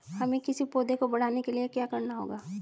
हमें किसी पौधे को बढ़ाने के लिये क्या करना होगा?